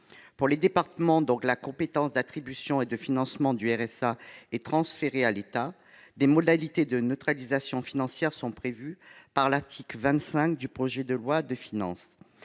Pour les départements dont la compétence d'attribution et de financement du RSA est transférée à l'État, des modalités de neutralisation financière sont prévues par l'article 25 du projet de loi de finances.